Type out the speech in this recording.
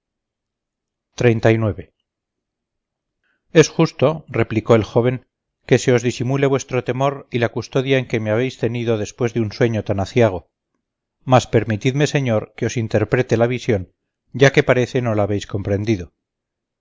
no le tuviera es justo replicó el joven que se os disimule vuestro temor y la custodia en que me habéis tenido después de un sueño tan aciago mas permitidme señor que os interprete la visión ya que parece no la habéis comprendido si